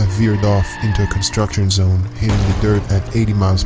ah veered off into a construction zone hitting the dirt at eighty mph